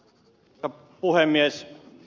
arvoisa puhemies